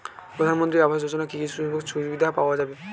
প্রধানমন্ত্রী আবাস যোজনা কি কি সুযোগ সুবিধা পাওয়া যাবে?